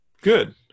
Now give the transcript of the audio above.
Good